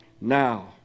Now